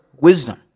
wisdom